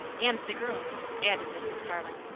and the girls added mrs. starling.